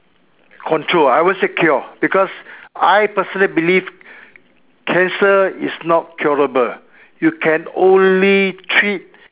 control I won't say cure because I personally believe cancer is not curable you can only treat